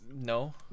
no